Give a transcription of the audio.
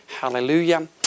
Hallelujah